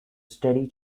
steady